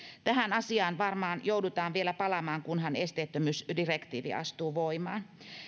tähän asiaan varmaan joudutaan vielä palaamaan kunhan esteettömyysdirektiivi astuu voimaan